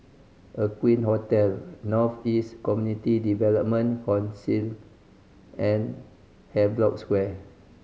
Aqueen Hotel North East Community Development Council and Havelock Square